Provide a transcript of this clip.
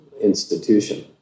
institution